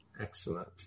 Excellent